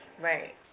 Right